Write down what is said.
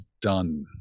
done